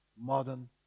modern